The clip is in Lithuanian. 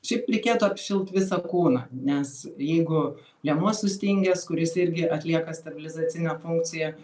šiaip reikėtų apšilt visą kūną nes jeigu liemuo sustingęs kuris irgi atlieka stabilizacinę funkciją